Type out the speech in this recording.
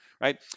right